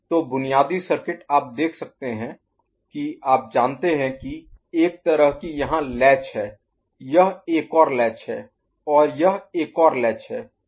तो बुनियादी सर्किट आप देख सकते हैं कि आप जानते हैं कि एक तरह की यहां लैच है यह एक और लैच है और यह एक और लैच है